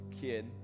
kid